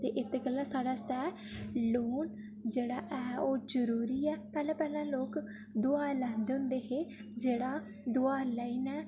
ते इस गल्ला साढ़े आस्तै लोन जेह्ड़ा ऐ ओह् जरूरी ऐ पैह्लें पैह्लें लोग दोआर लैंदे हे जेह्ड़ा दुआर लेई लै